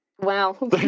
wow